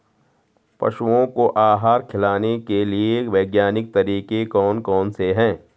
पशुओं को आहार खिलाने के लिए वैज्ञानिक तरीके कौन कौन से हैं?